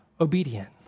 obedient